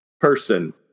person